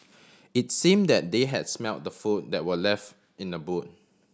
it's seem that they had smelt the food that were left in the boot